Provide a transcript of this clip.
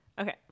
Okay